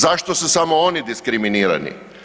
Zašto su samo oni diskriminirani?